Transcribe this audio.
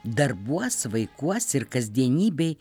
darbuos vaikuos ir kasdienybėj